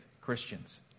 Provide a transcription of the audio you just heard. Christians